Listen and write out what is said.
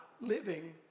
living